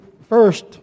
first